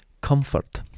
comfort